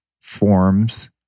forms